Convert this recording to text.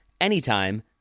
anytime